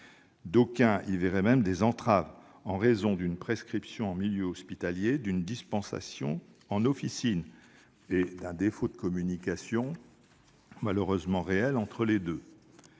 d'aucuns y verraient même des entraves -en raison d'une prescription en milieu hospitalier, d'une dispensation en officine et d'un défaut de communication, malheureusement réel, entre les deux.